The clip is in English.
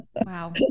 Wow